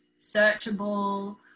searchable